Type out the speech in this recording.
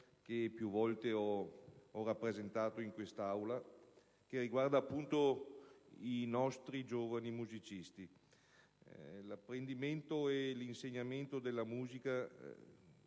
che più volte ho rappresentato in quest'Aula e che riguarda i nostri giovani musicisti. L'apprendimento e l'insegnamento della musica